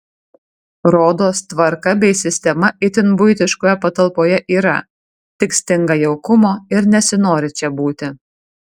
rodos tvarka bei sistema itin buitiškoje patalpoje yra tik stinga jaukumo ir nesinori čia būti